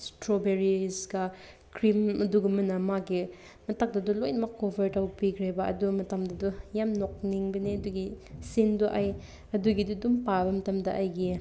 ꯏꯁꯇ꯭ꯔꯣꯕꯦꯔꯤꯁꯀ cream ꯑꯗꯨꯒꯨꯝꯕꯅ ꯃꯥꯒꯤ ꯃꯊꯛꯇꯨꯗ ꯂꯣꯏꯅꯃꯛ ꯀꯣꯕꯔ ꯇꯧꯕꯤꯈ꯭ꯔꯦꯕ ꯑꯗꯨ ꯃꯇꯝꯗꯨꯗꯣ ꯌꯥꯝ ꯅꯣꯛꯅꯤꯡꯕꯅꯦ ꯑꯗꯨꯒꯤ ꯁꯤꯟꯗꯣ ꯑꯩ ꯑꯗꯨꯒꯤꯗꯣ ꯑꯗꯨꯝ ꯄꯥꯕ ꯃꯇꯝꯗ ꯑꯩꯒꯤ